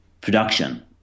production